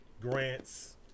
Grants